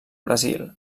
brasil